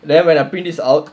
then when I print this out